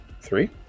three